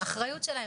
אחריות שלהם.